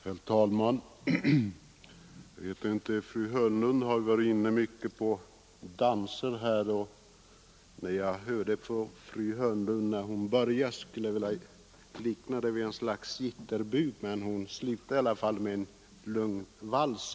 Herr talman! Fru Hörnlund talade här om olika danser, och när jag lyssnade till vad hon sade i början av sitt anförande ville jag närmast likna det vid något slags jitterbug. Men hon slutade ändå med en lugn vals.